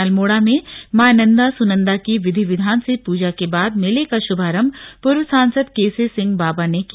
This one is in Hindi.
अल्मोड़ा में मां नंदा सुनंदा की विधि विधान से पूजा के बाद मेले का शुभारंभ पूर्व सांसद के सी सिंह बाबा ने किया